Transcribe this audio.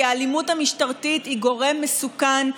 כי האלימות המשטרתית היא גורם מסוכן,